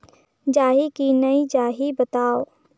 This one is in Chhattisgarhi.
जाही की नइ जाही बताव?